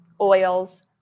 oils